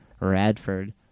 Radford